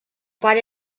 pare